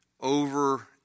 over